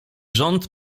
rząd